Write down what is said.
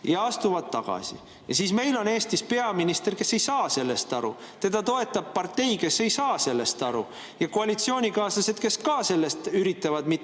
ja astuvad tagasi. Aga meil on Eestis peaminister, kes ei saa sellest aru, teda toetab partei, kes ei saa sellest aru, ja koalitsioonikaaslased, kes ka üritavad sellest